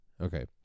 Okay